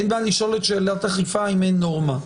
אין בעיה לשאול שאלת אכיפה אם אין נורמה.